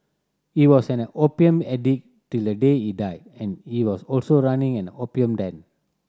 he was an opium addict till the day he died and he was also running an opium den